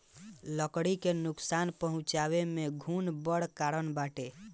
लकड़ी के नुकसान पहुंचावे में घुन बड़ कारण बाटे